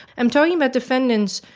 i'm talking about defendants,